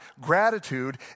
Gratitude